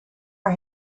are